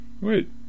Wait